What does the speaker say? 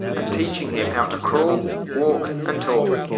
and teaching him how to crawl, walk and talk.